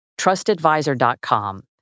trustadvisor.com